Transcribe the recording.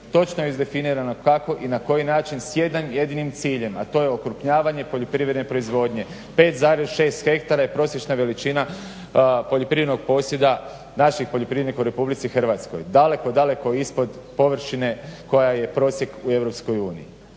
Točno je izdefinirano kako i na koji način s jednim jedinim ciljem, a to je okrupnjavanje poljoprivredne proizvodnje. 5,6 ha je prosječna veličina poljoprivrednog posjeda našeg poljoprivrednog u Republici Hrvatskoj. Daleko, daleko ispod površine koja je prosjek u EU.